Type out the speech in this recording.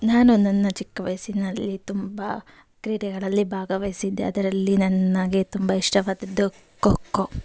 ನಾನು ನನ್ನ ಚಿಕ್ಕವಯಸ್ಸಿನಲ್ಲಿ ತುಂಬ ಕ್ರೀಡೆಗಳಲ್ಲಿ ಭಾಗವಹಿಸಿದ್ದೆ ಅದರಲ್ಲಿ ನನಗೆ ತುಂಬ ಇಷ್ಟವಾದದ್ದು ಖೋ ಖೋ